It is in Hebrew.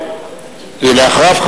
ואחריו,